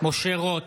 משה רוט,